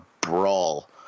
brawl